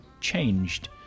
changed